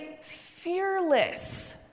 fearless